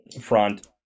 front